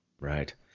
right